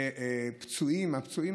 ויש גם את הפצועים,